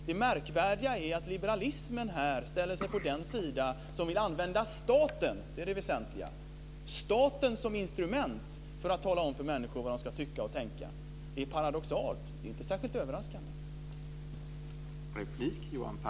Det märkvärdiga är att liberalismen här ställer sig på den sida som vill använda staten - och det är det som är det väsentliga - som instrument för att tala om för människor vad de ska tycka och tänka. Det är paradoxalt, men det är inte särskilt överraskande.